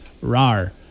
RAR